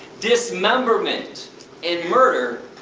dismemberment and murder,